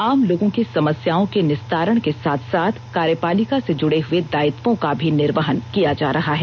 आम लोगों की समस्याओं के निस्तारण के साथ साथ कार्यपालिका से जुड़े हुए दायित्वों का भी निर्वहन किया जा रहा है